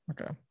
Okay